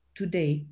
today